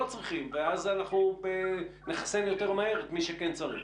צריכים ואז אנחנו נחסן יותר מהר את מי שכן צריך?